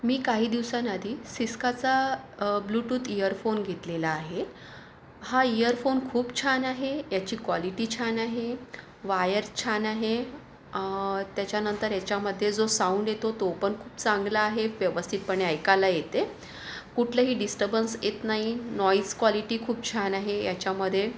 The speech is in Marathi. मी काही दिवसांआधी सिस्काचा ब्लूटूथ इयरफोन घेतलेला आहे हा इयरफोन खूप छान आहे याची क्वालिटी छान आहे वायर छान आहे त्याच्यानंतर याच्यामध्ये जो साऊंड येतो तो पण खूप चांगला आहे व्यवस्थितपणे ऐकायला येते कुठलंही डिस्टर्बन्स येत नाही नाॅईस क्वालिटी खूप छान आहे याच्यामध्ये